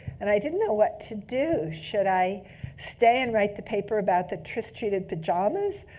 and i didn't know what to do. should i stay and write the paper about the tris-treated pajamas,